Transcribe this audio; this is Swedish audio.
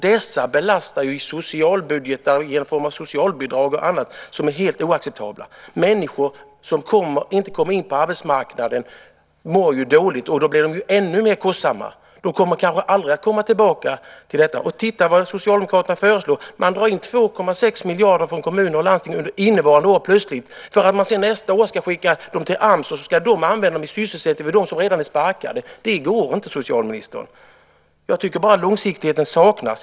De belastar ju socialbudgetar i form av socialbidrag och annat på ett sätt som är helt oacceptabelt. Människor som inte kommer in på arbetsmarknaden mår ju dåligt. Då blir de ännu mer kostsamma. De kommer kanske aldrig att komma tillbaka. Socialdemokraterna föreslår att man ska dra in 2,6 miljarder från kommuner och landsting under innevarande år för att nästa år skicka dem till AMS som sedan ska använda dem i sysselsättning för dem som redan är sparkade. Det går inte, socialministern. Långsiktigheten saknas.